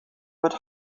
what